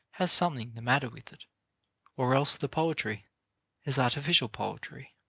has something the matter with it or else the poetry is artificial poetry.